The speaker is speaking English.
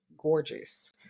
gorgeous